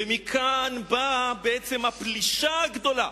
מכאן באה הפלישה הגדולה